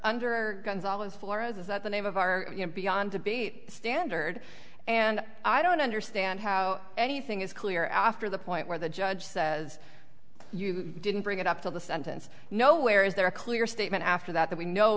under gonzales flora's is that the name of our you know beyond to be standard and i don't understand how anything is clear after the point where the judge says you didn't bring it up till the sentence nowhere is there a clear statement after that that we know